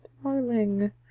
Darling